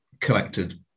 collected